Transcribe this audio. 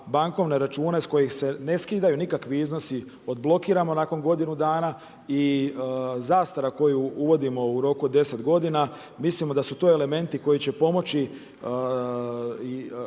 bankovne račune s kojih se ne skidaju nikakvi iznosi odblokiramo nakon godinu dana i zastara koju uvodimo u roku od 10 godina mislimo da su to elementi koji će pomoći